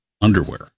underwear